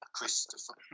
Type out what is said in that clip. Christopher